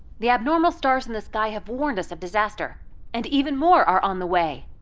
the abnormal stars in the sky have warned us of disaster and even more are on the way.